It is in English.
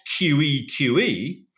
QEQE